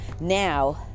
now